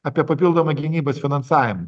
apie papildomą gynybos finansavimą